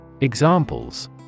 Examples